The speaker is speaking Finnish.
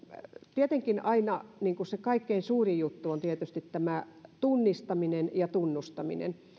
tietenkin aina se kaikkein suurin juttu on tunnistaminen ja tunnustaminen